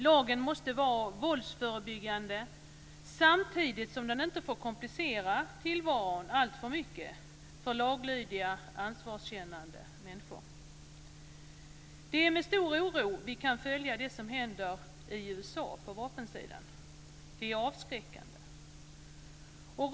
Lagen måste vara våldsförebyggande samtidigt som den inte får komplicera tillvaron alltför mycket för laglydiga och ansvarskännande människor. Det är med stor oro som vi kan följa det som händer i USA på vapenområdet. Det är avskräckande.